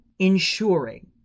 Ensuring